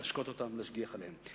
להשקות אותם ולהשגיח עליהם,